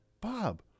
Bob